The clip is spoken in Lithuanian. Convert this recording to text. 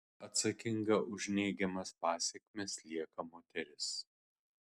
atsakinga už neigiamas pasekmes lieka moteris